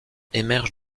émerge